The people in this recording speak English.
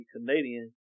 Canadian